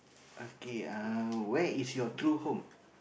okay uh where is your true home